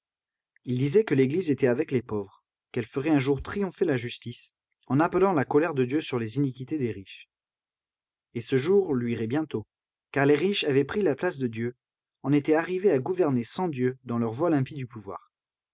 il disait que l'église était avec les pauvres qu'elle ferait un jour triompher la justice en appelant la colère de dieu sur les iniquités des riches et ce jour luirait bientôt car les riches avaient pris la place de dieu en étaient arrivés à gouverner sans dieu dans leur vol impie du pouvoir